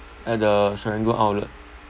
at the serangoon outlet